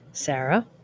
Sarah